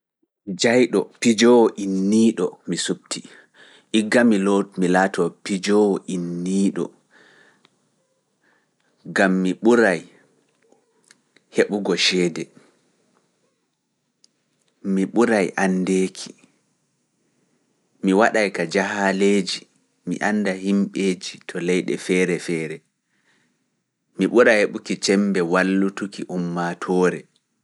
Pijayɗo mi subi. Mi burai anndego e woddaago Pijoowo inniiɗo mi suɓti, igga mi laatoo pijoowo inniiɗo, gam mi ɓuray heɓugo ceede, mi ɓuray anndeeki, mi waɗay ka jahaleeji, mi annda himɓeeji to leyɗe feere feere, mi ɓuray heɓuki ceembe wallutuki ummatoore.